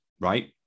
right